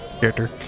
character